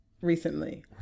recently